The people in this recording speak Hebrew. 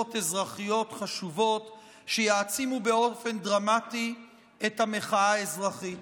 ביוזמות אזרחיות חשובות שיעצימו באופן דרמטי את המחאה האזרחית.